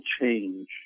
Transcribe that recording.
change